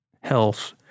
health